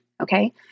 okay